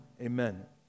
amen